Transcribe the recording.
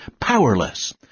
powerless